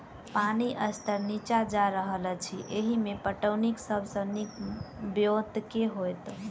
पानि स्तर नीचा जा रहल अछि, एहिमे पटौनीक सब सऽ नीक ब्योंत केँ होइत?